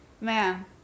Man